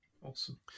Awesome